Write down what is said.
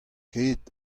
ket